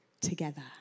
together